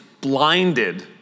blinded